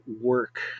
work